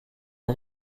est